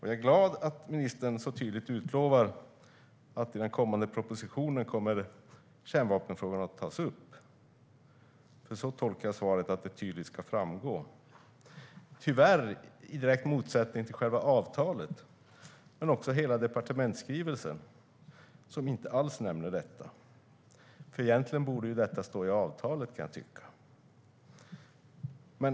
Jag är glad över att ministern så tydligt utlovar att kärnvapenfrågan kommer att tas upp i den kommande propositionen, för så tolkar jag svaret att det tydligt ska framgå. Tyvärr står detta i direkt motsättning till själva avtalet men också hela departementsskrivelsen som inte alls nämner detta. Egentligen borde detta stå i avtalet, kan jag tycka.